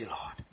Lord